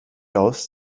aus